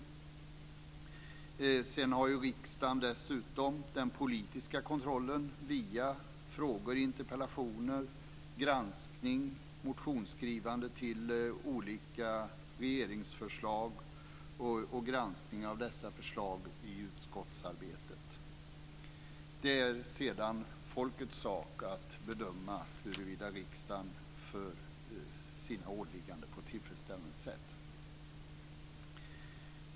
Dessutom har riksdagen den politiska kontrollen via frågor och interpellationer och via granskning och motionsskrivande med anledning av olika regeringsförslag samt granskning av dessa förslag i utskottsarbetet. Sedan är det folkets sak att bedöma huruvida riksdagen utför sina åligganden på ett tillfredsställande sätt.